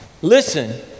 Listen